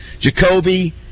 Jacoby